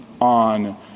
on